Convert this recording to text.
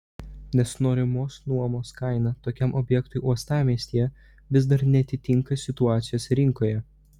nes norimos nuomos kaina tokiam objektui uostamiestyje vis dar neatitinka situacijos rinkoje